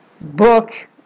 book